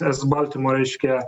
s baltymo reiškia